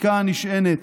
חקיקה הנשענת